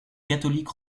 catholique